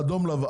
ואדום לבן.